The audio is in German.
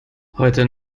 heute